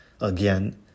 again